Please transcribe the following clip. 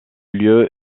lieu